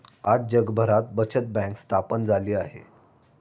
आज जगभरात बचत बँक स्थापन झाली आहे